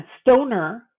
stoner